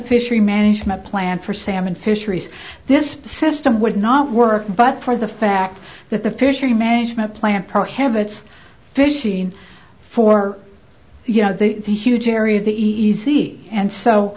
fishery management plan for salmon fisheries this system would not work but for the fact that the fishery management plan prohibits fishing for you know they the huge area the easy and so